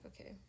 okay